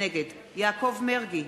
נגד יעקב מרגי,